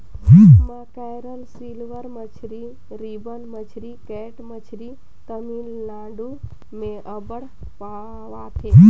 mackerel, silver मछरी, ribbon मछरी, cat मछरी तमिलनाडु में अब्बड़ पवाथे